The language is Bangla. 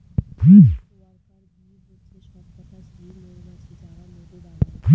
ওয়ার্কার বী হচ্ছে সবকটা স্ত্রী মৌমাছি যারা মধু বানায়